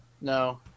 No